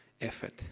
effort